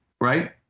right